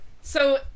So-